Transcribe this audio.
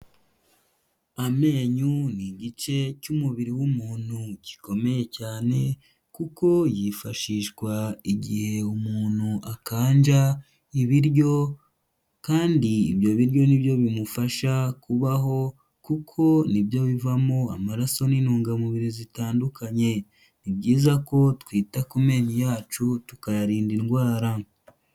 Amenyo ni igice cy'umubiri w'umuntu gikomeye cyane kuko yifashishwa igihe umuntu akanja ibiryo kandi ibyo biryo ni n'ibyo bimufasha kubaho kuko n'ibyo bivamo amaraso n'intungamubiri zitandukanye, ni byiza ko twita ku menyo yacu tukayarinda indwara.